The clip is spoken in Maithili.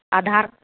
आधार